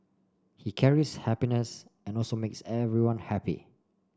he carries happiness and also makes everyone happy